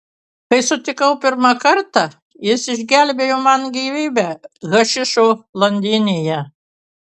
kai sutikau pirmą kartą jis išgelbėjo man gyvybę hašišo lindynėje